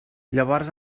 llavors